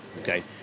okay